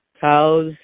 cows